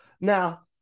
Now